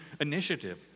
initiative